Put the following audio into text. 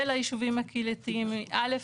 ולמושבים הקהילתיים, ראשית,